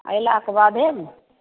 अयलाके बाद ने